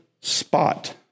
spot